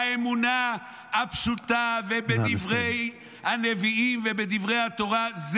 האמונה הפשוטה בדברי הנביאים ובדברי התורה.